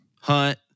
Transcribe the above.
hunt